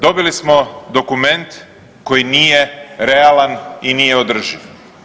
Dobili smo dokument koji nije realan i nije održiv.